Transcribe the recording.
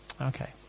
Okay